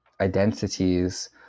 identities